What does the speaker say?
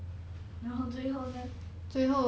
然后最后呢